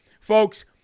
folks